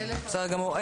בסדר גמור.